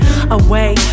Away